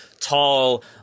tall